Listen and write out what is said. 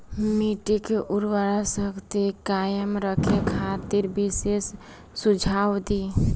मिट्टी के उर्वरा शक्ति कायम रखे खातिर विशेष सुझाव दी?